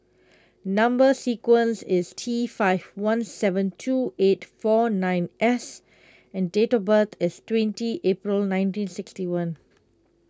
Number Sequence is T five one seven two eight four nine S and date of birth is twenty April nineteen sixty one